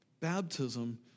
Baptism